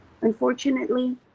Unfortunately